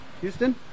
Houston